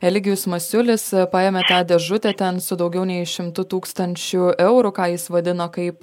eligijus masiulis paėmė tą dėžutę ten su daugiau nei šimtu tūkstančių eurų ką jis vadino kaip